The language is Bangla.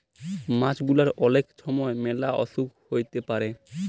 মাছ গুলার অলেক ছময় ম্যালা অসুখ হ্যইতে পারে